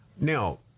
Now